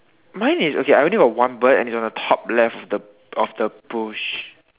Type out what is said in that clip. mine is okay I only got one bird and it's on the top left of the of the bush